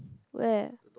where